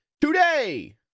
today